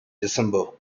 december